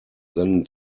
than